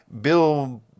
Bill